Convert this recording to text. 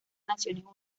naciones